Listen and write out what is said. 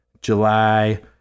July